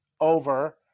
over